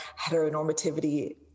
heteronormativity